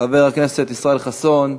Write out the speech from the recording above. חבר הכנסת ישראל חסון,